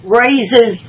raises